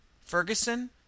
Ferguson